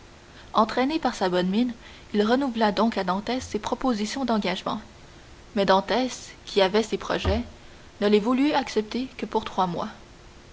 entraîné par sa bonne mine il renouvela donc à dantès ses propositions d'engagement mais dantès qui avait ses projets ne les voulut accepter que pour trois mois